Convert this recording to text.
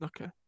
Okay